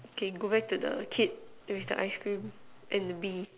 okay go back to the kid with the ice cream and B